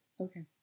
Okay